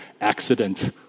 accident